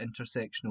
intersectional